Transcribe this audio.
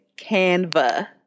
Canva